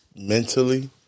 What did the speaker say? mentally